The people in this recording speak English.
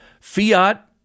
fiat